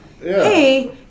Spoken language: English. hey